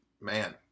man